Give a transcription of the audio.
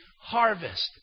harvest